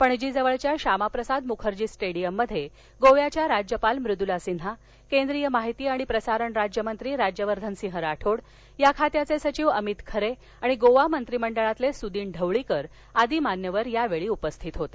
पणजीजवळच्या श्यामाप्रसाद मुखर्जी स्टेडीयममध्ये गोव्याच्या राज्यपाल मुदुला सिन्हा केंद्रीय माहिती आणि प्रसारण राज्यमंत्री राज्यवर्धन राठोड या खात्याचे सचिव अमित खरे आणि गोवा मंत्रिमंडळातील सुदिन ढवळीकर आदी मान्यवर यावेळी उपस्थित होते